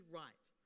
right